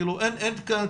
אין כאן,